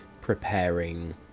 preparing